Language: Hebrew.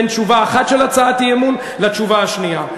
בין תשובה אחת על הצעת אי-אמון לתשובה השנייה.